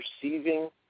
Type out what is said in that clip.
perceiving